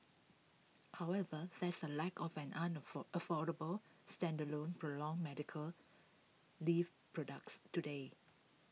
however there is A lack of an afford affordable standalone prolonged medical leave products today